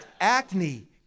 acne